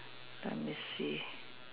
let me see